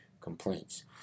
complaints